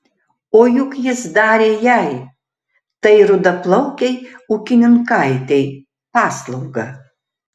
o juk jis darė jai tai rudaplaukei ūkininkaitei paslaugą